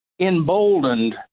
emboldened